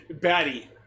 Batty